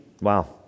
wow